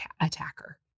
attacker